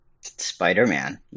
Spider-Man